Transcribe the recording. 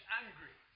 angry